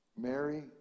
Mary